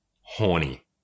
horny